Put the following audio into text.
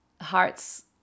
hearts